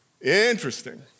Interesting